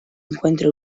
encuentra